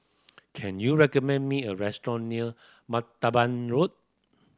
can you recommend me a restaurant near Martaban Road